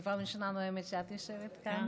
אני פעם ראשונה נואמת כשאת יושבת כאן.